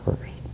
first